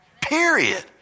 Period